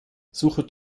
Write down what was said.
suche